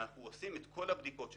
אנחנו עושים את כל הבדיקות שלנו,